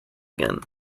again